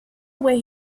where